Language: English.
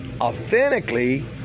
authentically